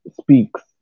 speaks